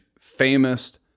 famous